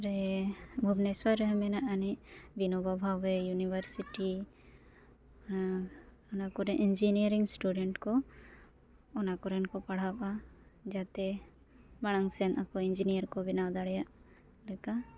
ᱨᱮ ᱵᱷᱩᱵᱽᱱᱮᱥᱥᱚᱨ ᱨᱮᱦᱚᱸ ᱢᱮᱱᱟᱜ ᱟᱱᱤᱡ ᱵᱤᱱᱳᱵᱟᱵᱷᱟᱵᱮ ᱤᱭᱩᱱᱤᱵᱷᱟᱨᱥᱤᱴᱤ ᱟᱨ ᱚᱱᱟ ᱠᱚᱨᱮ ᱤᱧᱡᱤᱱᱤᱭᱟᱨᱤᱝ ᱥᱴᱩᱰᱮᱱᱴ ᱠᱚ ᱚᱱᱟ ᱠᱚᱨᱮᱱ ᱠᱚ ᱯᱟᱲᱦᱟᱜᱼᱟ ᱡᱟᱛᱮ ᱢᱟᱲᱟᱝ ᱥᱮᱱ ᱟᱠᱚ ᱤᱧᱡᱤᱱᱤᱭᱟᱨ ᱠᱚ ᱵᱮᱱᱟᱣ ᱫᱟᱲᱮᱭᱟᱜ ᱞᱮᱠᱟ